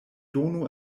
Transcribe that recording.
donu